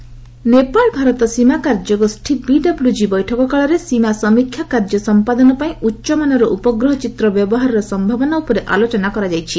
Nepal India ବିଡବୁକ୍ ନେପାଳ ଭାରତ ସୀମା କାର୍ଯ୍ୟ ଗୋଷ୍ଠୀ 'ବିଡବ୍ଲ୍କି' ବୈଠକ କାଳରେ ସୀମା ସମୀକ୍ଷା କାର୍ଯ୍ୟ ସମ୍ପାଦନ ପାଇଁ ଉଚ୍ଚମାନର ଉପଗ୍ରହ ଚିତ୍ର ବ୍ୟବହାରର ସମ୍ଭାବନା ଉପରେ ଆଲୋଚନା କରାଯାଇଛି